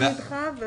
כבר נדחה.